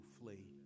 flee